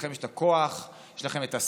לכם יש את הכוח, יש לכם השררה.